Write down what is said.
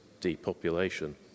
depopulation